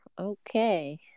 Okay